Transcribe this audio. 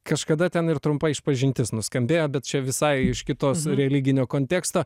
kažkada ten ir trumpa išpažintis nuskambėjo bet čia visai iš kitos religinio konteksto